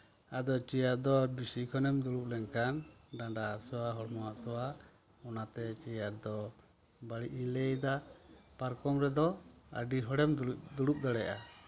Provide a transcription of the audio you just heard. ᱟᱫᱚ ᱪᱮᱭᱟᱨ ᱫᱚ ᱵᱤᱥᱤ ᱠᱷᱚᱱᱮᱢ ᱫᱩᱲᱩᱵ ᱞᱮᱱᱠᱷᱟᱱ ᱰᱟᱸᱰᱟ ᱦᱟᱥᱩᱣᱟ ᱦᱚᱲᱢᱚ ᱦᱟᱥᱩᱣᱟ ᱚᱱᱟᱛᱮ ᱪᱮᱭᱟᱨ ᱫᱚ ᱵᱟᱹᱲᱤᱡ ᱤᱧ ᱞᱟᱹᱭᱮᱫᱟ ᱯᱟᱨᱠᱚᱢ ᱨᱮᱫᱚ ᱟᱹᱰᱤ ᱦᱚᱲᱮᱢ ᱫᱩᱲᱩᱵ ᱫᱟᱲᱮᱭᱟᱜᱼᱟ